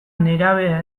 nerabea